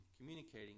communicating